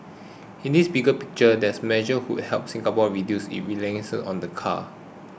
in this bigger picture these measures would help Singapore reduce its reliance on the car